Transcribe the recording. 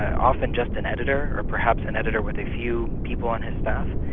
often just an editor or perhaps an editor with a few people on his staff.